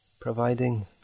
providing